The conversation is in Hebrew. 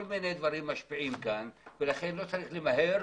כל מיני דברים משפיעים כאן ולכן לא צריך למהר.